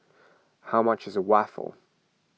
how much is Waffle